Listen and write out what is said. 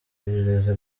iperereza